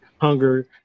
hunger